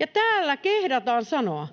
Ja täällä kehdataan sanoa,